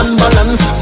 balance